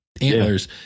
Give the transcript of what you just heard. antlers